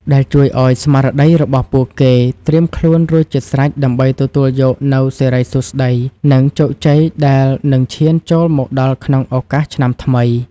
ដែលជួយឱ្យស្មារតីរបស់ពួកគេត្រៀមខ្លួនរួចជាស្រេចដើម្បីទទួលយកនូវសិរីសួស្ដី និងជោគជ័យដែលនឹងឈានចូលមកដល់ក្នុងឱកាសឆ្នាំថ្មី។